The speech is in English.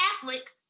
Catholic